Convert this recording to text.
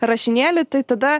rašinėlį tai tada